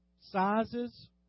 sizes